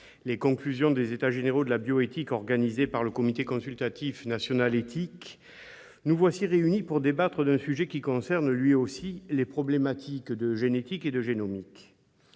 les conclusions des états généraux de la bioéthique organisés par le CCNE, nous voici réunis pour débattre d'un sujet qui concerne, lui aussi, les problématiques de génétique et de génomique.